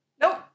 Nope